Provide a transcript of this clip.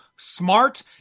Smart